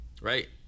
Right